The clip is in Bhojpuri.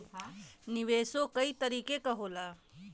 निवेशो कई तरीके क होला